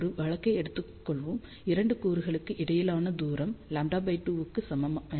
ஒரு வழக்கை எடுத்துக் கொள்வோம் 2 கூறுகளுக்கு இடையிலான தூரம் λ2 க்கு சமம் என